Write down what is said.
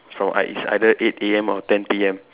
is from is either eight A_M or ten P_M